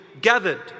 gathered